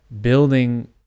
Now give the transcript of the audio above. building